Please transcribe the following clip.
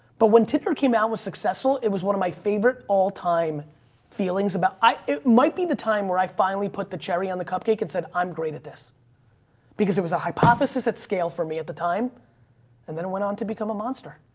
but when tinder came out and was successful, it was one of my favorite all time feelings about i, it might be the time where i finally put the cherry on the cupcake and said, i'm great at this because there was a hypothesis at scale for me at the time and then went on to become a monster.